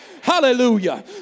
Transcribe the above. hallelujah